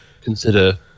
consider